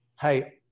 hey